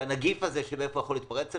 הנגיף הזה, איפה הוא יכול להתפרץ לנו.